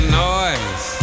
noise